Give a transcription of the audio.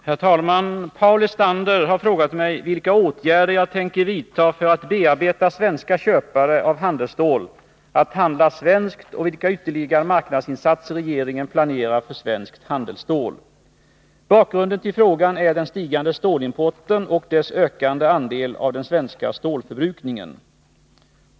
Herr talman! Paul Lestander har frågat mig vilka åtgärder jag tänker vidta för att bearbeta svenska köpare av handelsstål att handla svenskt och vilka ytterligare marknadsinsatser regeringen planerar för svenskt handelsstål. Bakgrunden till frågan är den stigande stålimporten och dess ökande andel av den svenska stålförbrukningen.